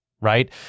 Right